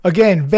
Again